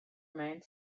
remained